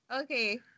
Okay